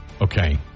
Okay